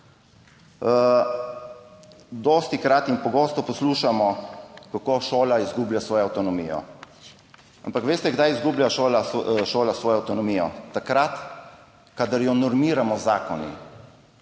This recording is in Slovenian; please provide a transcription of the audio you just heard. Dostikrat in pogosto poslušamo, kako šola izgublja svojo avtonomijo. Ampak veste, kdaj izgublja šola svojo avtonomijo? Takrat, kadar jo normiramo z zakoni.